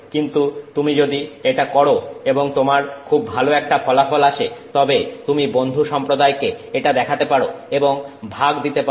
কিন্তু তুমি যদি এটা করো এবং তোমার খুব ভালো একটা ফলাফল আসে তবে তুমি বন্ধু সম্প্রদায়কে এটা দেখাতে পারো এবং ভাগ দিতে পারো